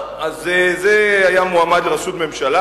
טוב, אז זה היה מועמד לראשות ממשלה.